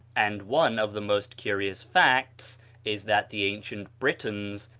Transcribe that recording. and one of the most curious facts is that the ancient britons,